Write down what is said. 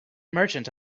merchant